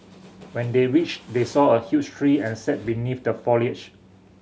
when they reached they saw a huge tree and sat beneath the foliage